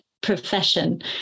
profession